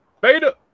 Beta